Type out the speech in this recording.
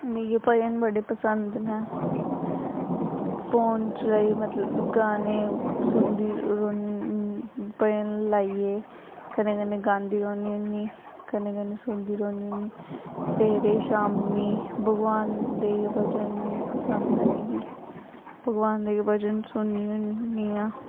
मिगी भजन बड़े पसंद न फोन चलाइयै मतलब गाने सुनदी रौह्न्नी भजन लाइयै कन्नै कन्नै गांदी रौह्न्नी होन्नी कन्नै कन्नै सुनदी रौह्न्नी होन्नी सवेरे शामीं भगवान दे भजन पसंद ऐ मिगी भगवान दे गै भजन सुननी होनियां